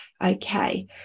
Okay